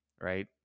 right